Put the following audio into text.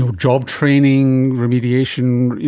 um job training, remediation,